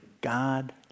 God